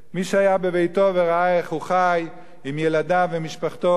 מי שהיה בביתו וראה איך הוא חי עם ילדיו ומשפחתו,